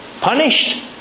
Punished